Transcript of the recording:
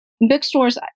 bookstores